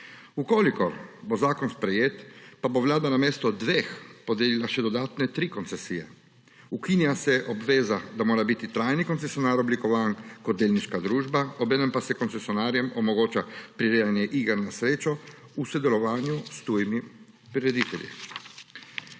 Če bo zakon sprejet, pa bo Vlada namesto dveh podelila še dodatne tri koncesije. Ukinja se obveza, da mora biti trajni koncesionar oblikovan kot delniška družba, obenem pa se koncesionarjem omogoča prirejanje iger na srečo v sodelovanju s tujimi prireditelji.